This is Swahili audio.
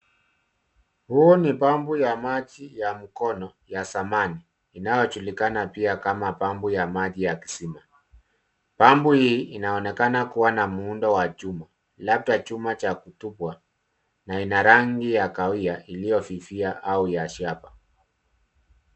Huu ni bomba la maji la mkono la zamani, linalotumika pia kama bomba la maji ya kisima. Bomba hili linaonekana kuwa na muundo wa chuma, huenda chuma cha kutupwa, na lina rangi ya kahawia iliyofifia au ya shaba.